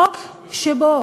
חוק שבו